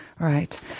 Right